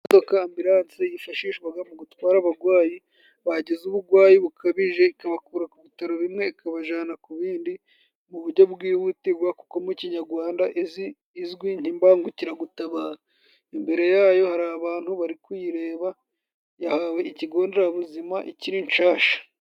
Imodoka ambulance yifashishwaga mu gutwara abagwayi bagize ubugwayi bukabije, ikabakura ku bitaro bimwe ikabajana ku bindi mu bujyo bwihutigwa, Mu kinyagwanda izwi nk' imbangukiragutabara. Imbere yayo hari abantu bari kuyireba yahawe ikigo nderabuzima ikiri nshasha.